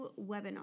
webinar